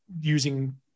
using